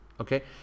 okay